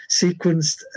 sequenced